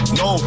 no